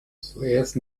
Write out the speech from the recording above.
zuerst